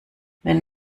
wenn